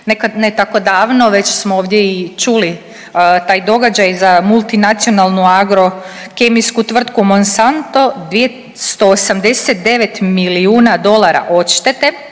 ne tako davno već smo ovdje i čuli taj događaj za multinacionalnu agrokemijsku tvrtku Monsanto 289 milijuna dolara odštete